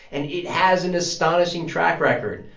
and it has an astonishing track record,